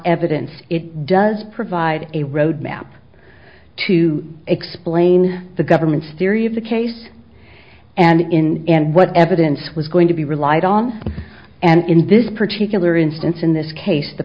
evidence it does provide a roadmap to explain the government's theory of the case and in and what evidence was going to be relied on and in this particular instance in this case the